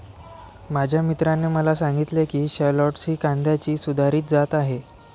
माझ्या मित्राने मला सांगितले की शालॉट्स ही कांद्याची सुधारित जात आहे